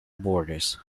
borders